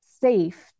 safe